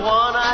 one